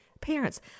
parents